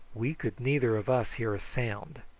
we could neither of us hear a sound,